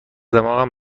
دماغم